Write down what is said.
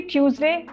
Tuesday